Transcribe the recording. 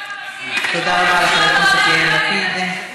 תודה רבה לחבר הכנסת יאיר לפיד.